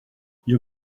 you